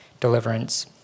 deliverance